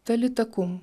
tali takum